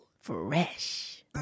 fresh